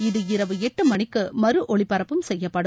இது இரவு எட்டு மணிக்கு மறு ஒலிபரபப்பும் செய்யப்படும்